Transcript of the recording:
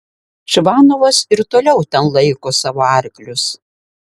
čvanovas ir toliau ten laiko savo arklius